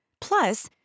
Plus